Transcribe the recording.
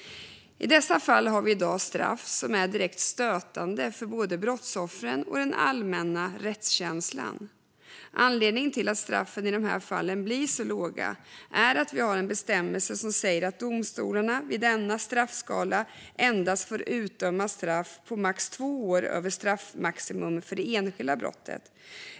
I dessa fall har vi i dag straff som är direkt stötande för både brottsoffren och den allmänna rättskänslan. Anledningen till att straffen i de här fallen blir så låga är att vi har en bestämmelse som säger att domstolarna vid denna straffskala endast får utdöma straff på max två år över straffmaximum för det enskilda brottet.